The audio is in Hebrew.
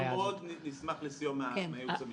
אנחנו מאוד נשמח לסיוע מהייעוץ המשפטי.